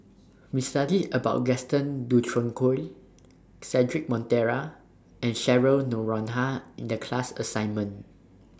We studied about Gaston Dutronquoy Cedric Monteiro and Cheryl Noronha in The class assignment